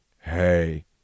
hey